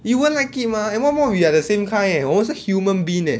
you won't like it mah and what more we are the same kind eh 我们是 human being leh